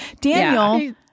Daniel